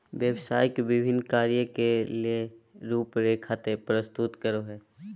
व्यवसाय के विभिन्न कार्य ले रूपरेखा प्रस्तुत करो हइ